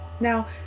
now